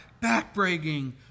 backbreaking